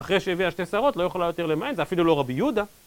אחרי שהביאה שתי שרות לא יכולה יותר למעט, ואפילו לא רבי יהודה...